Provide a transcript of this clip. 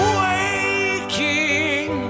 waking